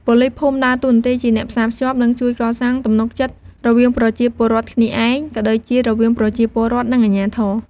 ប៉ូលីសភូមិដើរតួនាទីជាអ្នកផ្សារភ្ជាប់ និងជួយកសាងទំនុកចិត្តរវាងប្រជាពលរដ្ឋគ្នាឯង ក៏ដូចជារវាងប្រជាពលរដ្ឋ និងអាជ្ញាធរ។